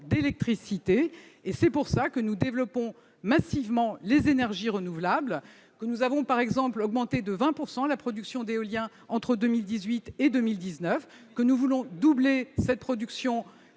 d'électricité et c'est pour cela que nous développons massivement les énergies renouvelables, que nous avons par exemple augmenté de 20 % la production d'éolien entre 2018 et 2019, que nous voulons doubler cette production